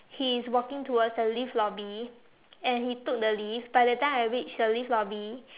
he is walking towards the lift lobby and he took the lift by the time I reach the lift lobby